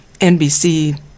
NBC